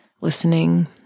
listening